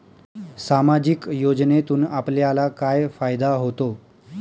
सामाजिक योजनेतून आपल्याला काय फायदा होतो?